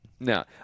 No